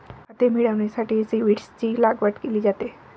खते मिळविण्यासाठी सीव्हीड्सची लागवड केली जाते